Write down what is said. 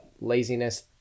Laziness